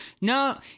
No